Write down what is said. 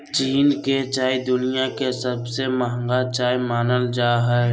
चीन के चाय दुनिया के सबसे महंगा चाय मानल जा हय